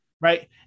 Right